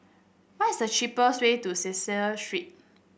what is the cheapest way to Cecil Street